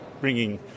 bringing